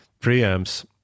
preamps